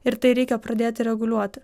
ir tai reikia pradėti reguliuoti